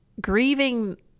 grieving